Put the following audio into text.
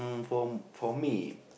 for for me